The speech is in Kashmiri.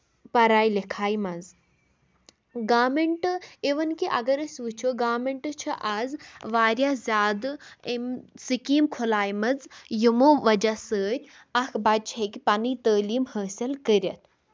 پَڑایہِ لِکھایہِ منٛز گورمینٹ اِوٕن کہِ اَگر أسۍ وُچھو گورمینٹ چھُ آز واریاہ زیادٕ أمۍ سِکیٖم کھُلاومٕژ یِمو وجہہ سۭتۍ اکھ بَچہٕ ہیٚکہِ پَنٕنۍ تعلیٖم حٲصِل کٔرِتھ